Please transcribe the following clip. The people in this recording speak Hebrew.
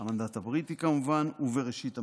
המנדט הבריטי, כמובן "ובראשית המדינה".